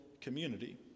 community